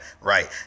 right